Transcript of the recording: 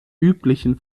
üblichen